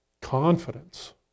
confidence